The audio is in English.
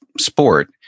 sport